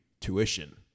tuition